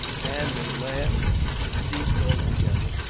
and at last ceased altogether.